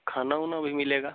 खाना उना वही मिलेगा